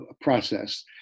process